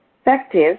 effective